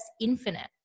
infinite